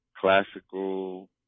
classical